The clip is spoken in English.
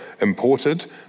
imported